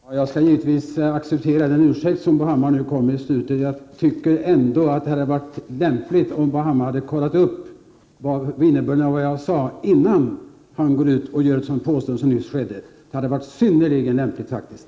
Herr talman! Jag skall givetvis acceptera den ursäkt som Bo Hammar nu kom med i slutet av sitt senaste inlägg. Jag tycker ändå att det hade varit lämpligt om Bo Hammar hade kollat innebörden av vad jag sade innan han gjorde ett sådant påstående som vi nyss fick höra. Det hade faktiskt varit synnerligen lämpligt.